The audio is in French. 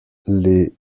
les